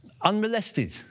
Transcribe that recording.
unmolested